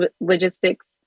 logistics